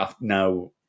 now